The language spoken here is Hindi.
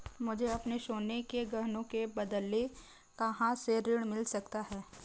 मुझे अपने सोने के गहनों के बदले कहां से ऋण मिल सकता है?